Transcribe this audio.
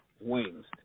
Wings